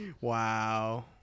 wow